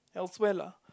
elsewhere lah